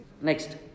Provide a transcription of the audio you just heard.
Next